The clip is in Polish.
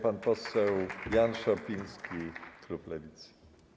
Pan poseł Jan Szopiński, klub Lewicy.